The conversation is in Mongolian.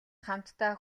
хамтдаа